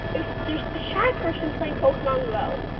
if there's a shy person playing pokemon go,